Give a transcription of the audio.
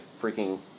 freaking